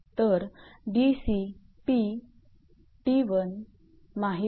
तर 𝑑𝑐 𝑝 𝑡1 माहित आहेत